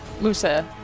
Musa